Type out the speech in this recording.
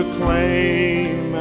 claim